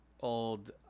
old